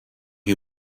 who